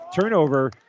turnover